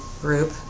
Group